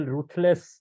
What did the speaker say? Ruthless